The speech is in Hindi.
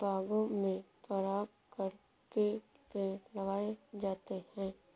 बागों में परागकण के पेड़ लगाए जाते हैं